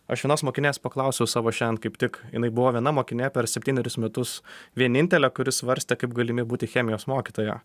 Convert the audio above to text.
aš vienos mokinės paklausiau savo šen kaip tik jinai buvo viena mokinė per septynerius metus vienintelė kuri svarstė kaip galimi būti chemijos mokytoja